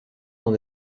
dans